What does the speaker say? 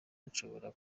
nshobora